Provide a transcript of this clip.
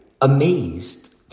amazed